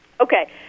Okay